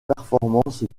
performances